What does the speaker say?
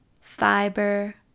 fiber